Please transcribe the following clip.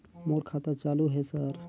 मोर खाता चालु हे सर?